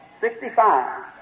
Sixty-five